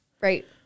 Right